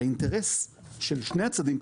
האינטרס של שני הצדדים,